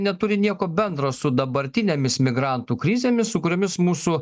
neturi nieko bendro su dabartinėmis migrantų krizėmis su kuriomis mūsų